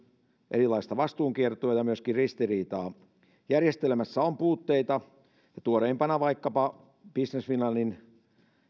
erilaista vastuunkiertoa ja myöskin ristiriitaa järjestelmässä on puutteita tuoreimpana vaikkapa business finlandin